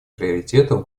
приоритетов